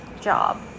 job